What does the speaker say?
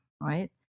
right